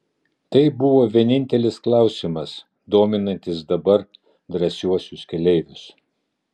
tai buvo vienintelis klausimas dominantis dabar drąsiuosius keleivius